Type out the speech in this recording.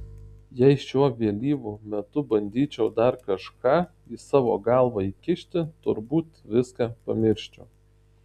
jei šiuo vėlyvu metu bandyčiau dar kažką į savo galvą įkišti turbūt viską pamirščiau